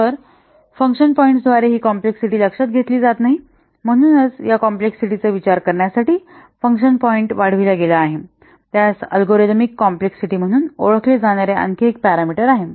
तर function points द्वारे ही कॉम्प्लेक्सिटी लक्षात घेतली जात नाही म्हणूनच याकॉम्प्लेक्सिटीचा विचार करण्यासाठी फंक्शन पॉईंट वाढविला गेला आहे त्यास अल्गोरिदमिक कॉम्प्लेक्सिटी म्हणून ओळखले जाणारे आणखी एक पॅरामीटर आहे